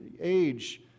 age